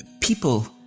people